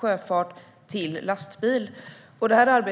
sjöfart till lastbil.